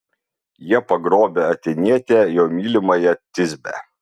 jie pagrobę atėnietę jo mylimąją tisbę